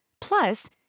Plus